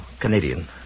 Canadian